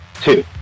Two